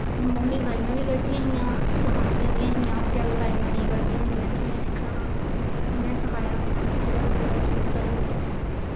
mummy गालियां बी कड्डदियां हियां सखांदियां बी ऐ हियां हां ते जे अगर गालियांं निं कड़दियां तां कि'यां सिक्खना हा उ'नें सखाया उ'नें पूरा पूरा जोर भरेआ